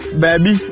baby